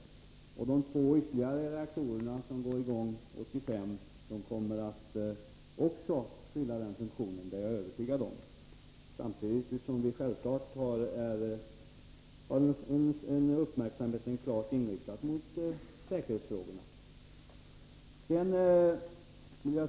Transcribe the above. Även de två reaktorer som startar 1985 kommer att fylla den funktionen. Det är jag övertygad om. Samtidigt har vi självfallet vår uppmärksamhet klart inriktad på säkerhetsfrågorna.